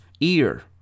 ear